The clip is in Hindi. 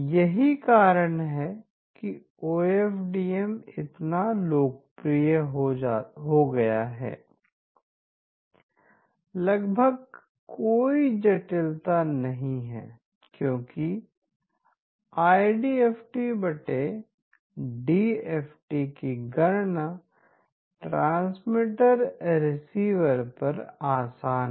यही कारण है कि ओ एफ डी एम इतना लोकप्रिय हो गया है लगभग कोई जटिलता नहीं है क्योंकि IDFTDFT आईडीएक्टिडीएफटी की गणना transmitterreceiver ट्रांसमीटर रिसीवर पर आसान है